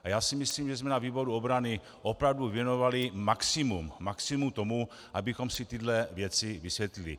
A já si myslím, že jsme na výboru obrany opravdu věnovali maximum tomu, abychom si tyhle věci vysvětlili.